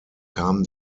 kam